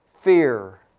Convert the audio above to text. fear